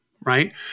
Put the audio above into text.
right